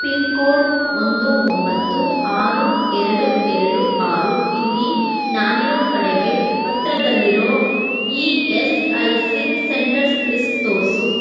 pin code ಒಂದು ಒಂಬತ್ತು ಆರು ಎರಡು ಎರಡು ಆರು ಇಲ್ಲಿ ನಾನಿರೋ ಕಡೆಗೆ ಹತ್ತಿರದಲ್ಲಿರೊ ಈ S I C centres list ತೋರಿಸು